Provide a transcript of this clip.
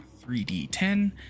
3d10